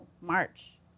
March